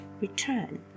return